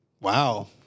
Wow